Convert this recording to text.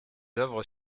œuvres